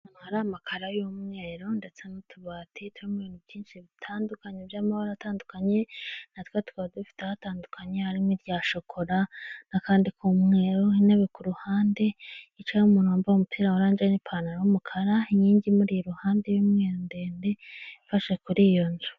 Ahantu hari amakaro y'umweru ndetse n'utubati turimo ibintu byinshi bitandukanye by'amabara atandukanye natwo tuba dufite atandukanye harimo irya shokora n'akandi ku umweru, intebe ku ruhande yicayeho umuntu wambaye umupira wa orange n'ipantalo y'umukara, inkingi imuri iruhande y'umweru ndende ifashe kuri iyo nzu.